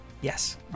Yes